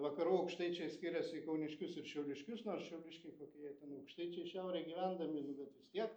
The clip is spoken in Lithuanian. vakarų aukštaičiai skiriasi į kauniškius ir šiauliškius nors šiauliškiai kokie jie ten aukštaičiai šiaurėj gyvendami nu bet vis tiek